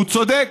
והוא צודק.